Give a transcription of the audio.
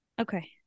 Okay